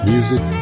Music